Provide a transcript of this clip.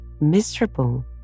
miserable